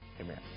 amen